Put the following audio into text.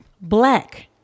Black